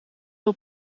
wil